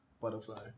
Butterfly